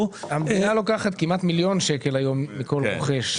--- המדינה לוקחת כמעט מיליון שקל היום מכל רוכש.